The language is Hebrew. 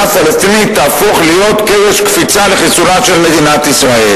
הפלסטינית תהפוך להיות קרש קפיצה לחיסולה של מדינת ישראל.